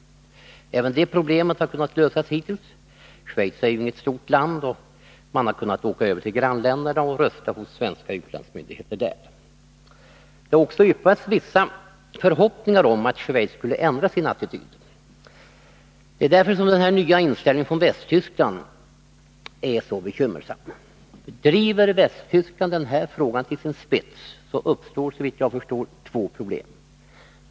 Även det problemet har kunnat lösas hittills. Schweiz är ju inget stort land, och man har därför kunnat åka över till grannländerna och rösta hos svenska utlandsmyndigheter där. Det har också yppats vissa förhoppningar om att Schweiz skulle ändra sin attityd. Den nya inställningen i Västtyskland är därför bekymmer sam. Driver Västtyskland frågan till sin spets, så uppstår såvitt jag förstår, två Nr 50 problem.